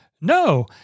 No